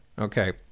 Okay